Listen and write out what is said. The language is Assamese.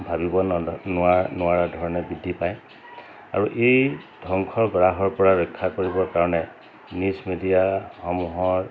ভাবিব নোৱাৰ নোৱাৰা ধৰণে বৃদ্ধি পায় আৰু এই ধ্বংসৰ গ্ৰাহৰ পৰা ৰক্ষা কৰিবৰ কাৰণে নিউজ মিডিয়াসমূহৰ